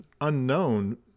unknown